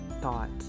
thoughts